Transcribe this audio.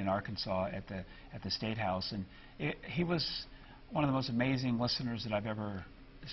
in arkansas at that at the state house and he was one of the most amazing listeners that i've ever